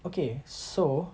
okay so